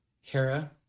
hera